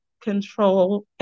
control